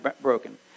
broken